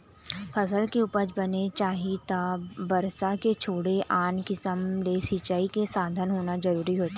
फसल के उपज बने चाही त बरसा के छोड़े आन किसम ले सिंचई के साधन होना जरूरी होथे